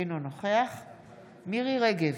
אינו נוכח מירי מרים רגב,